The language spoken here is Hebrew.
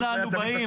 אנא אנו באים?